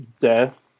death